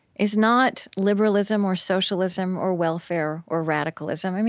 is not liberalism or socialism or welfare or radicalism.